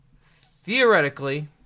theoretically